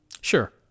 sure